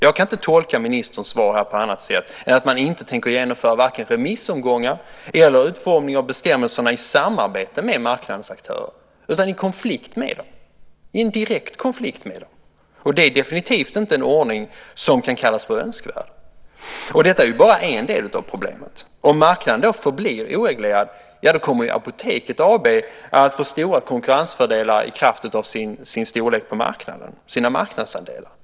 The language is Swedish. Jag kan inte tolka ministerns svar på annat sätt än att man varken tänker genomföra remissomgångar eller utforma bestämmelserna i samarbete med marknadens aktörer utan i stället i direkt konflikt med dem. Det är definitivt inte en ordning som kan kallas för önskvärd. Och detta är bara en del av problemet. Om marknaden förblir oreglerad kommer Apoteket AB att få stora konkurrensfördelar i kraft av sin storlek på marknaden, sina marknadsandelar.